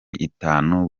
itanu